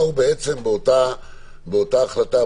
באו באותה החלטה,